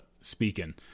speaking